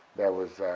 there was